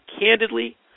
candidly